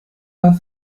war